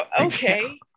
Okay